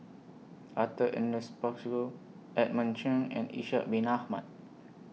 Arthur Ernest Percival Edmund Cheng and Ishak Bin Ahmad